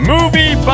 Movie